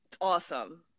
Awesome